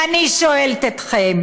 ואני שואלת אתכם: